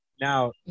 Now